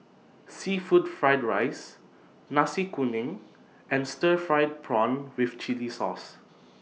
Seafood Fried Rice Nasi Kuning and Stir Fried Prawn with Chili Sauce